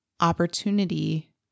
opportunity